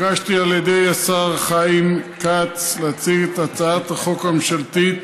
נתבקשתי על ידי השר חיים כץ להציג את הצעת החוק הממשלתית